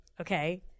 okay